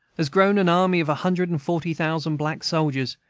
has grown an army of a hundred and forty thousand black soldiers,